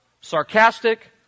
sarcastic